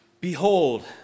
Behold